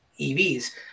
EVs